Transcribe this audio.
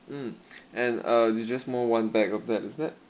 mm and uh is just more one bag of that is that